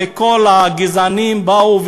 וכל הגזענים באו,